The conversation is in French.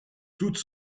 toute